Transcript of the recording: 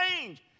change